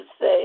say